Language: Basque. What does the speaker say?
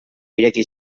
ireki